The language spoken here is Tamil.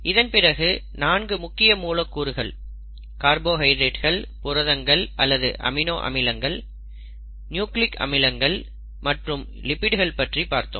இதன் பிறகு 4 முக்கிய மூலக்கூறுகள் கார்போஹைட்ரேட்டுகள் புரதங்கள் அல்லது அமினோ அமிலங்கள் நியூக்ளிக் அமிலங்கள் மற்றும் லிபிட்கள் பற்றி பார்த்தோம்